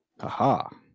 Aha